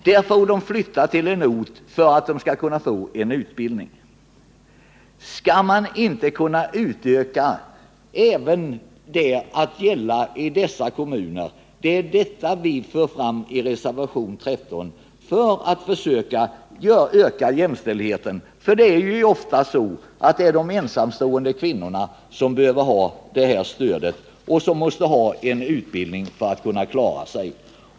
Där får människorna flytta till annan ort för att kunna få utbildning. Skall man inte kunna utöka barntillsynsverksamheten att gälla även i de fall då föräldern tvingas bo på annan ort? Det är det vi för fram i reservationen 13 ett försök att öka jämställdheten. Det är ofta de ensamstående kvinnorna som behöver det här stödet. De måste ha en utbildning för att kunna klara sig.